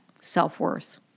self-worth